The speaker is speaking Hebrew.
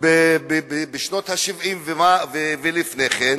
בשנות ה-70 ולפני כן,